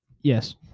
yes